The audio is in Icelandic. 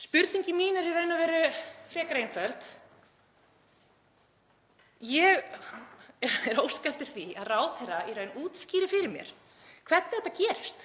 Spurningin mín er í raun og veru frekar einföld. Ég er að óska eftir því að ráðherra útskýri fyrir mér hvernig þetta gerist.